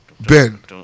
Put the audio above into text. Ben